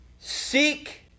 Seek